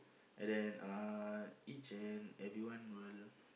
and then uh each and everyone will